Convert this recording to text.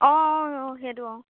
অঁ অঁ অঁ সেইটো অঁ